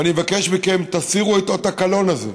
ואני מבקש מכם: תסירו את אות הקלון הזה.